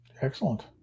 excellent